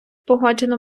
погоджено